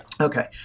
Okay